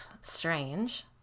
strange